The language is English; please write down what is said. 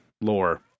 lore